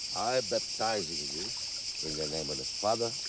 baptizing and you in the name of the father,